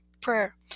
Prayer